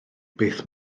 beth